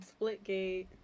Splitgate